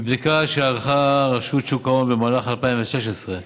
מבדיקה שערכה רשות שוק ההון במהלך 2016,